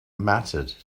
mattered